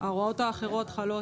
ההוראות האחרות חלות?